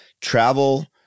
Travel